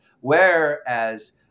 whereas